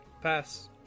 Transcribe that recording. Pass